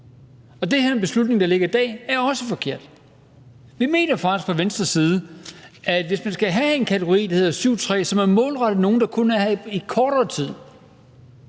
Og den her beslutning, der ligger i dag, er også forkert. Vi mener faktisk fra Venstres side, at hvis man skal have en § 7, stk. 3, som er målrettet nogle, der kun er her i kortere tid,